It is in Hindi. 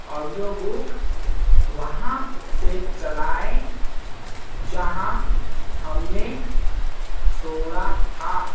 ऑडियोबुक वहाँ से चलाएँ जहाँ हमने छोड़ा था